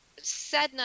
Sedna